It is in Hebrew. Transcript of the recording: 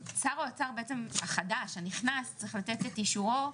שר האוצר החדש, הנכנס צריך לתת את אישורו.